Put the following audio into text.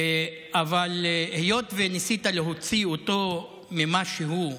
אבל היות שניסית להוציא אותו ממה שהוא,